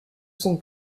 son